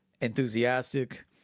enthusiastic